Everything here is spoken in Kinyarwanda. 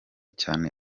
cyane